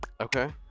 Okay